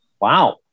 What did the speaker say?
wow